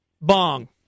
Bong